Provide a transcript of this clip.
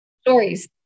Stories